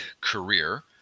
career